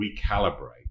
recalibrate